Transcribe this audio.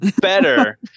better